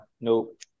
Nope